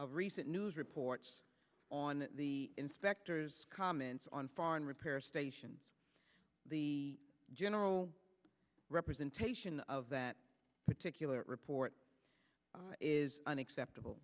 of recent news reports on the inspectors comments on foreign repair stations the general representation of that particular report is unacceptable